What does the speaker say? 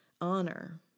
honor